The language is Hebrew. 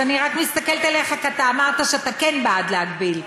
אז אני רק מסתכלת עליך כי אתה אמרת שאתה כן בעד להגביל.